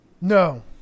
No